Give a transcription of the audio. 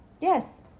yes